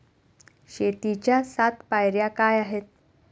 शेतीच्या सात पायऱ्या काय आहेत?